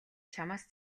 чамаас